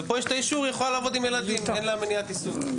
ופה יש את האישור שהיא יכולה לעבוד עם ילדים ואין לה מניעת עיסוק.